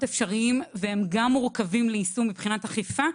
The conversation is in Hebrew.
אפשריים אשר מורכבים ליישום מבחינת אכיפה,